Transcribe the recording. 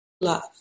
love